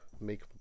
make